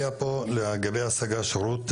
לגבי ההשגה של רות,